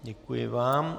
Děkuji vám.